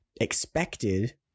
expected